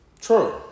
True